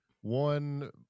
one